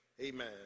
amen